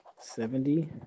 Seventy